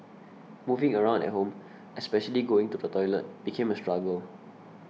moving around at home especially going to the toilet became a struggle